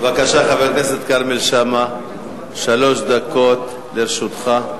בבקשה, חבר הכנסת כרמל שאמה, שלוש דקות לרשותך.